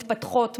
מתפתחות,